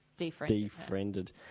defriended